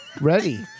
ready